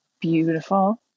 beautiful